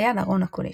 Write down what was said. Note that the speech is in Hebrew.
ליד ארון הקדש,